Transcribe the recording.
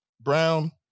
brown